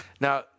Now